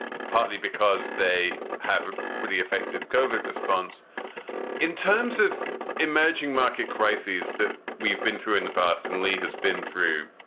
partly because they have a pretty effective kovik response in terms of emerging market crises that we've been through in the past. and lee has been through,